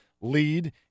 lead